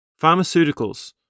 Pharmaceuticals